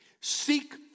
Seek